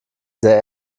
sehr